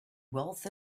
wealth